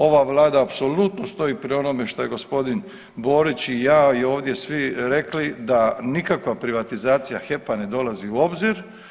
Ova Vlada apsolutno stoji pri onome što je g. Borić i ja i ovdje svi rekli, da nikakva privatizacija HEP-a ne dolazi u obzir.